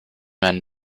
man